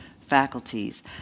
faculties